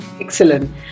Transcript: excellent